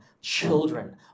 children